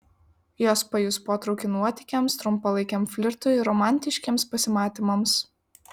jos pajus potraukį nuotykiams trumpalaikiam flirtui romantiškiems pasimatymams